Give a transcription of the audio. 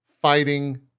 fighting